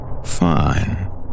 Fine